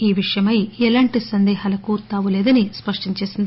ఈ విషయమై ఎలాంటి సందేహాలకూ తావులేదని స్పష్టం చేసింది